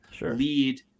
lead